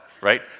right